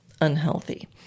unhealthy